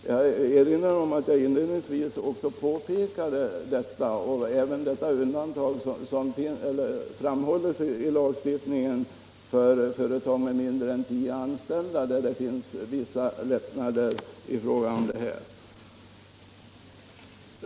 Jag pekade inledningsvis på detta liksom också på det undantag som i lagstiftningen ges för företag med mindre än tio anställda, innebärande vissa lättnader i dessa avseenden.